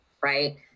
Right